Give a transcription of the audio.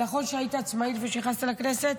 נכון שהיית עצמאי לפני שנכנסת לכנסת?